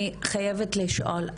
אני חייבת לשאול,